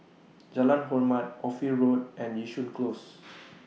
Jalan Hormat Ophir Road and Yishun Close